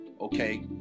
okay